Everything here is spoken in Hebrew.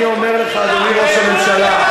אני אומר לך, אדוני ראש הממשלה,